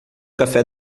café